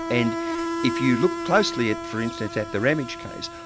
and if you look closely at, for instance, at the ramage case,